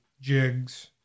jigs